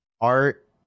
Art